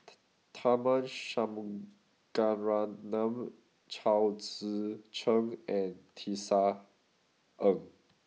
Tharman Shanmugaratnam Chao Tzee Cheng and Tisa Ng